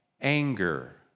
anger